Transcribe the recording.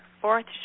fourth